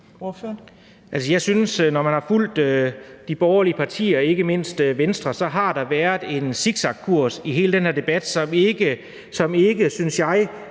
Kronborg (S): Når man har fulgt de borgerlige partier, ikke mindst Venstre, så synes jeg, der har været en zigzagkurs i hele den her debat, som ikke, synes jeg,